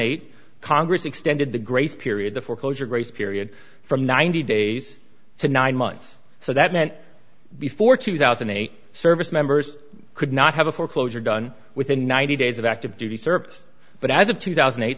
eight congress extended the grace period to foreclosure grace period from ninety days to nine months so that meant before two thousand and eight service members could not have a foreclosure done within ninety days of active duty service but as of two thousand and eight